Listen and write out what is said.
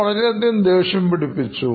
വളരെയധികം ദേഷ്യം പിടിപ്പിച്ചു